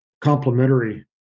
complementary